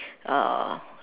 uh